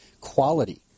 quality